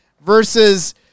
versus